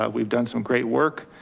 ah we've done some great work.